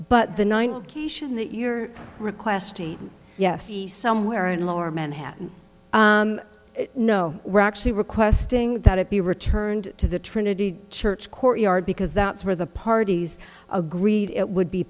nine that you're requesting yes the somewhere in lower manhattan no we're actually requesting that it be returned to the trinity church courtyard because that's where the parties agreed it would be